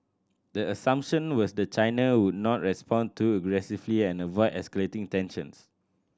the assumption was the China would not respond too aggressively and avoid escalating tensions